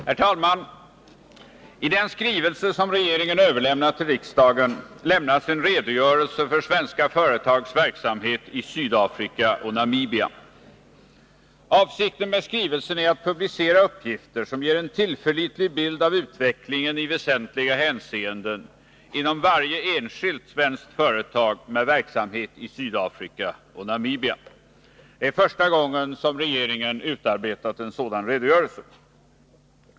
Herr talman! I den skrivelse som regeringen överlämnat till riksdagen lämnas en redogörelse för svenska företags verksamhet i Sydafrika och Namibia. Avsikten med skrivelsen är att publicera uppgifter som ger en tillförlitlig bild av utvecklingen i väsentliga hänseenden inom varje enskilt svenskt företag med verksamhet i Sydafrika och Namibia. Det är första gången som regeringen utarbetat en sådan redogörelse.